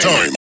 Time